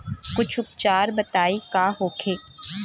कुछ उपचार बताई का होखे?